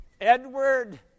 Edward